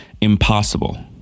impossible